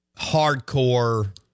hardcore